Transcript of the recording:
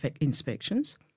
inspections